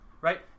right